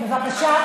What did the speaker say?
בבקשה,